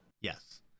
Yes